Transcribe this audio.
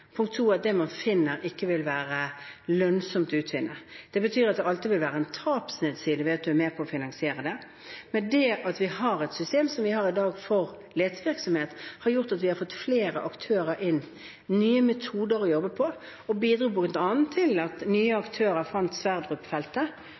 det man finner, ikke vil være lønnsomt å utvinne. Det betyr at det alltid vil være en tapsside ved at man er med på å finansiere det. Men det at vi har et system som vi har i dag for letevirksomhet, har gjort at vi har fått flere aktører inn, nye metoder å jobbe etter, og det bidro bl.a. til at nye